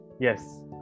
yes